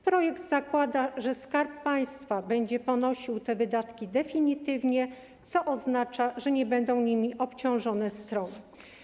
Projekt zakłada, że Skarb Państwa będzie ponosił te wydatki definitywnie, co oznacza, że nie będą nimi obciążone strony.